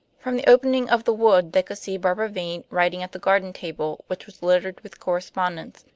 from the opening of the wood they could see barbara vane writing at the garden table, which was littered with correspondence,